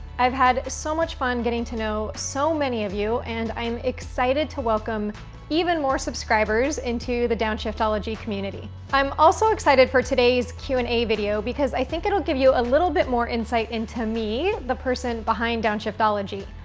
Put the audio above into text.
i've had so much fun getting to know so many of you and i'm excited to welcome even more subscribers, into the downshiftology community. i'm also excited for today's q and a video, because i think it'll give you a little bit more insight into me, the person behind downshiftology.